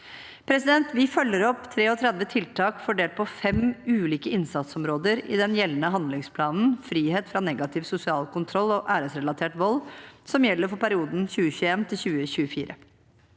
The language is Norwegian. der du bor. Vi følger opp 33 tiltak fordelt på fem ulike innsatsområder i den gjeldende handlingsplanen, «Frihet fra negativ sosial kontroll og æresrelatert vold», som gjelder for perioden 2021–2024.